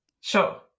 Sure